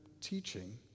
teaching